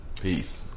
Peace